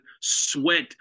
sweat